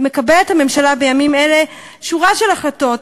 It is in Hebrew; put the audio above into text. מקבלת הממשלה בימים אלה שורה של החלטות,